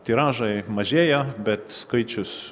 tiražai mažėja bet skaičius